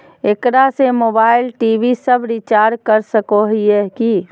एकरा से mobile TV सब रिचार्ज कर सको हियै की?